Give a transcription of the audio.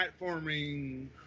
platforming